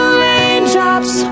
raindrops